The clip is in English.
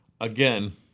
again